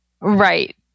Right